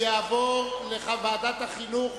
לדיון מוקדם בוועדת החינוך,